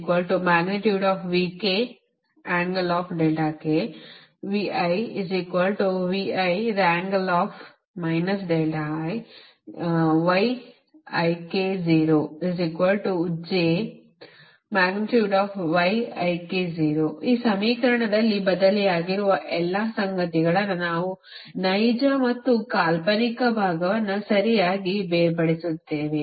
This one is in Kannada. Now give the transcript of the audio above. ಈಗ ಈ ಸಮೀಕರಣದಲ್ಲಿ ಬದಲಿಯಾಗಿರುವ ಎಲ್ಲ ಸಂಗತಿಗಳನ್ನು ನಾವು ನೈಜ ಮತ್ತು ಕಾಲ್ಪನಿಕ ಭಾಗವನ್ನು ಸರಿಯಾಗಿ ಬೇರ್ಪಡಿಸುತ್ತೇವೆ